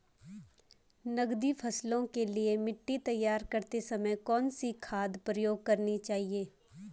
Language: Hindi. नकदी फसलों के लिए मिट्टी तैयार करते समय कौन सी खाद प्रयोग करनी चाहिए?